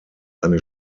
eine